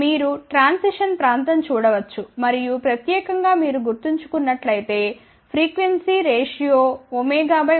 మీరు ట్రాన్సిషన్ ప్రాంతం చూడవచ్చు మరియు ప్రత్యేకంగా మీరు గుర్తు చేసుకున్నట్లైతే ఫ్రీక్వెన్సీ రేషియో cవిలువ 1